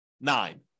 nine